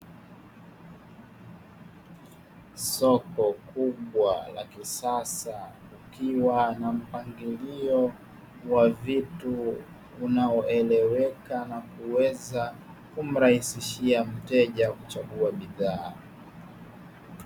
Soko kubwa la kisasa, likiwa na mpangilio wa vitu unaoelewaka na kuweza kumrahisishia mteja kuchagua bidhaa.